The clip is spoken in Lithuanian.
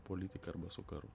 politika arba su karu